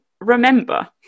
remember